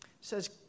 says